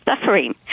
suffering